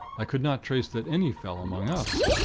i could not trace that any fell among us.